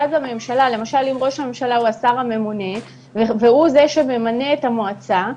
למשל אם ראש הממשלה הוא השר הממונה והוא זה שממנה את המועצה,